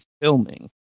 filming